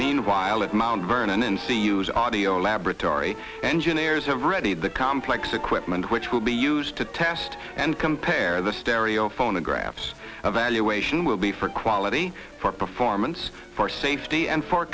meanwhile at mount vernon n c use audio laboratory engineers have readied the complex equipment which will be used to test and compare the stereo phonographs evaluation will be for quality for performance for safety and for